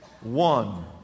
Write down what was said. one